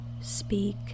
speak